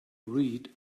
read